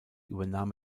übernahm